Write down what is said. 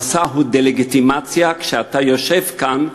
המסע הוא דה-לגיטימציה, כשאתה יושב כאן,